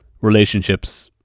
relationships